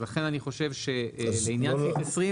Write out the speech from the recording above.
לכן אני חושב שלעניין סעיף 2020 אין צורך.